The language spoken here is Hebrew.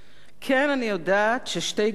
אני יודעת ש"שתי גדות לירדן",